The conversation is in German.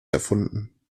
erfunden